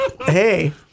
Hey